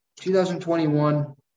2021